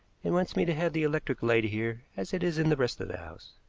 and wants me to have the electric light here as it is in the rest of the house.